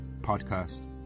Podcast